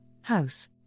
house